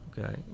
Okay